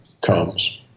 comes